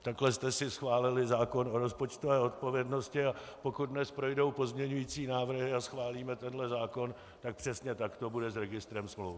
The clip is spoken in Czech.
Takhle jste si schválili zákon o rozpočtové odpovědnosti, a pokud dnes projdou pozměňující návrhy a schválíme tenhle zákon, tak přesně tak to bude s registrem smluv.